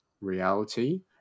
reality